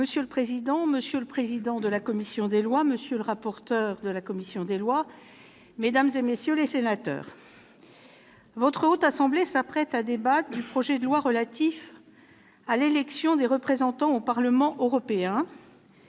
Monsieur le président, monsieur le président de la commission des lois, monsieur le rapporteur, mesdames, messieurs les sénateurs, la Haute Assemblée s'apprête à débattre du projet de loi relatif à l'élection des représentants au Parlement européen,